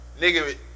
Nigga